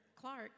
Clark